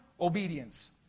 Obedience